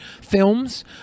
films